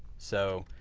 so,